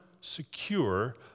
secure